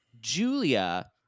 Julia